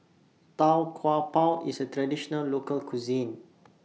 Tau Kwa Pau IS A Traditional Local Cuisine